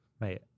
mate